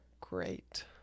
great